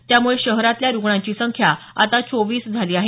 त्यामुळे शहरातल्या रुग्णांची संख्या आता चोवीस झाली आहे